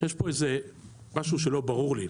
יש פה משהו שלא ברור לי.